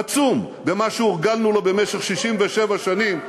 עצום, במה שהורגלנו לו במשך 67 שנים,